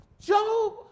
Job